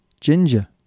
Ginger